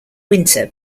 winter